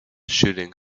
shooting